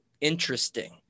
interesting